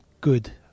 good